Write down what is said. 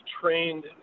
trained